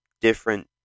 different